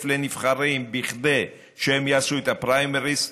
לנבחרים כדי שהם יעשו את הפריימריז,